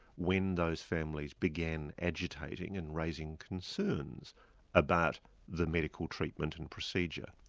when those families began agitating and raising concerns about the medical treatment and procedure.